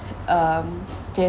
um